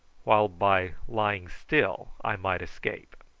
while by lying still i might escape.